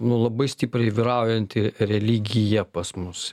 nu labai stipriai vyraujanti religija pas mus